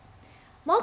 more